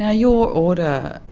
ah your order.